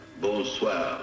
Bonsoir